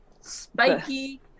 Spiky